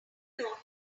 know